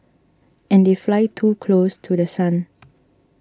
and they fly too close to The Sun